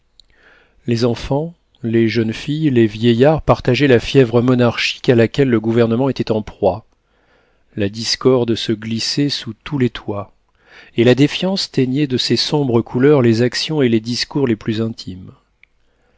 les enfants les jeunes filles les vieillards partageaient la fièvre monarchique à laquelle le gouvernement était en proie la discorde se glissait sous tous les toits et la défiance teignait de ses sombres couleurs les actions et les discours les plus intimes